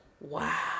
wow